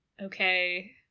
Okay